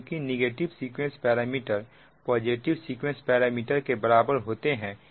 क्योंकि negative sequence parameter positive sequence parameter के बराबर होते हैं